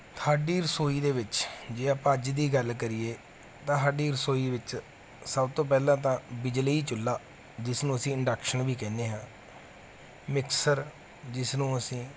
ਸਾਡੀ ਰਸੋਈ ਦੇ ਵਿੱਚ ਜੇ ਆਪਾਂ ਅੱਜ ਦੀ ਗੱਲ ਕਰੀਏ ਤਾਂ ਸਾਡੀ ਰਸੋਈ ਵਿੱਚ ਸਭ ਤੋਂ ਪਹਿਲਾਂ ਤਾਂ ਬਿਜਲੀ ਚੁੱਲ੍ਹਾ ਜਿਸਨੂੰ ਅਸੀਂ ਇੰਡਕਸ਼ਨ ਵੀ ਕਹਿੰਦੇ ਹਾਂ ਮਿਕਸਰ ਜਿਸਨੂੰ ਅਸੀਂ